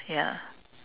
ya